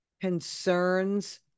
concerns